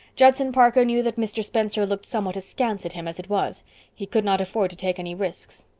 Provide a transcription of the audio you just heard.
judson parker knew that mr. spencer looked somewhat askance at him as it was he could not afford to take any risks.